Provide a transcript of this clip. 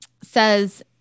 says